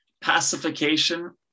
pacification